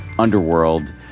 Underworld